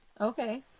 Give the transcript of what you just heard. Okay